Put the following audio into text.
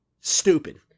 stupid